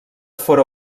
fóra